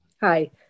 Hi